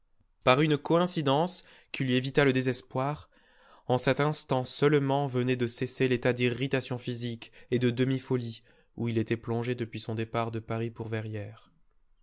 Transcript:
par une coïncidence qui lui évita le désespoir en cet instant seulement venait de cesser l'état d'irritation physique et de demi folie où il était plongé depuis son départ de paris pour verrières